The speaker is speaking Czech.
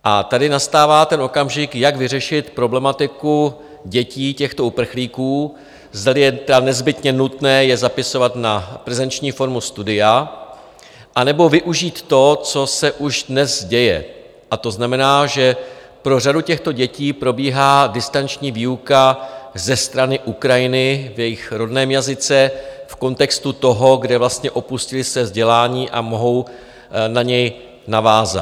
A tady nastává okamžik, jak vyřešit problematiku dětí těchto uprchlíků, zda je nezbytně nutné je zapisovat na prezenční formu studia, anebo využít toho, co se už dnes děje, a to znamená, že pro řadu těchto dětí probíhá distanční výuka ze strany Ukrajiny v jejich rodném jazyce, v kontextu toho, kde vlastně opustili své vzdělání a mohou na něj navázat.